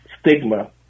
stigma